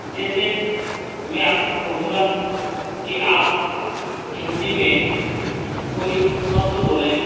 जैसे मैं आपको कहूँगा कि आप हिंदी में कोई शब्द बोलें